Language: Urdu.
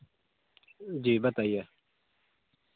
جی بتائیے